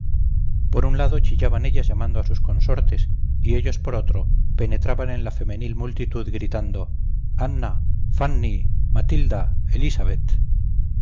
por un lado chillaban ellas llamando a sus consortes y ellos por otro penetraban en la femenil multitud gritando anna fanny mathilda elisabeth